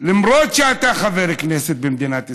למרות שאתה חבר כנסת במדינת ישראל,